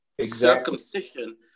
circumcision